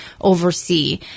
oversee